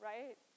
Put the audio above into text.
Right